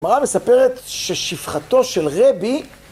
הגמרא מספרת ששפחתו של רבי